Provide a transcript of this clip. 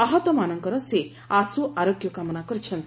ଆହତମାନଙ୍କର ସେ ଆଶୁ ଆରୋଗ୍ୟ କାମନା କରିଛନ୍ତି